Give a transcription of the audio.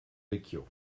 vecchio